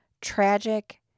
tragic